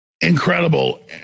Incredible